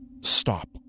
Stop